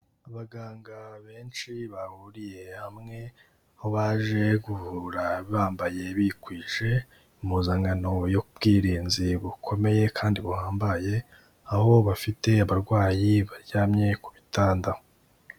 Abaganga benshi bahuriye hamwe aho baje kuvura bambaye bikwije impuzankano y'ubwirinzi bukomeye kandi buhambaye aho bafite abarwayi baryamye ku bitanda.